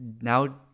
now